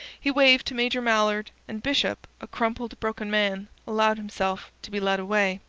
he waved to major mallard, and bishop, a crumpled, broken man, allowed himself to be led away.